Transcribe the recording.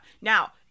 Now